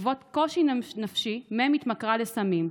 בעקבות קושי נפשי מ' התמכרה לסמים,